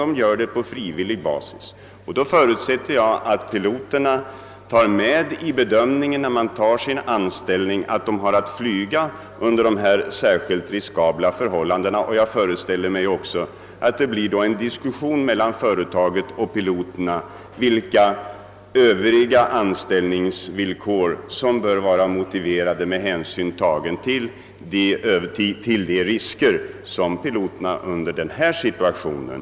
Därför förutsätter jag också att piloterna, när de låter anställa sig, tar med i bedömningen att de har att flyga under särskilt riskabla förhållanden, och jag föreställer mig också att företaget och piloterna diskuterar vilka övriga anställningsvillkor som är motiverade med hänsyn till de risker som piloterna löper under den rådande situationen.